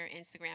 Instagram